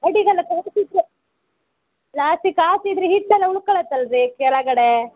ಅಡಿಗೆಲ್ಲ ಲಾಸ್ಟಿಗೆ ಕಾಫಿ ಇದ್ದರೆ ಹಿಟ್ಟೆಲ್ಲ ಉಳ್ಕೊಳತ್ತಲ್ರೀ ಕೆಳಗಡೆ